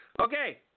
okay